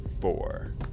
four